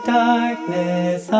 darkness